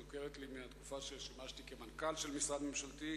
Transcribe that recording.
מוכרת לי מהתקופה ששימשתי כמנכ"ל של משרד ממשלתי.